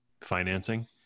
financing